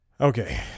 Okay